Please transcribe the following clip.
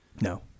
No